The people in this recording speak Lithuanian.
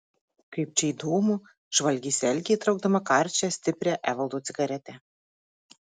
kaip čia įdomu žvalgėsi algė traukdama karčią ir stiprią evaldo cigaretę